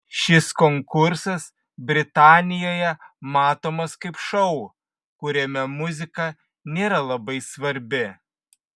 šis konkursas britanijoje matomas kaip šou kuriame muzika nėra labai svarbi